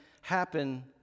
happen